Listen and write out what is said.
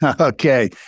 Okay